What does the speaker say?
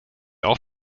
auch